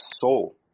soul